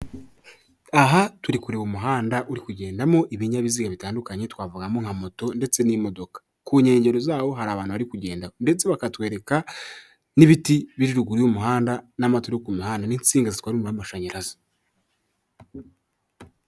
Aha turi kureba umuhanda uri kugendamo ibinyabiziga bitandukanye twavugamo nka moto ndetse n'imodoka. Ku nkengero zawo hari abantu bari kugendaho ndetse bakatwereka n'ibiti biri ruguru y'umuhanda n'amatara yo ku mihanda n'insinga zitwara umuriro w'amashanyarazi.